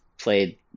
played